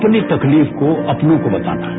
अपनी तकलीफ को अपनों को बताना है